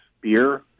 beer